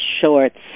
Shorts